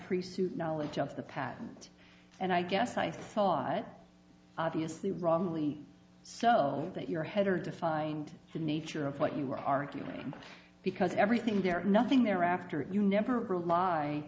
knowledge of the patent and i guess i thought obviously wrongly so that your header defined the nature of what you were arguing because everything there is nothing there after you never rely